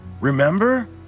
Remember